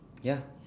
ya